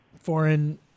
foreign